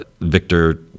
Victor